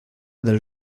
del